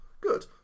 Good